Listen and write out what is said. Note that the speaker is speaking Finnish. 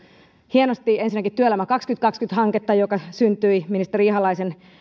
hienosti ensinnäkin työelämä kaksituhattakaksikymmentä hanketta joka syntyi ministeri ihalaisen